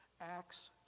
Acts